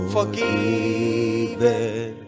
Forgiven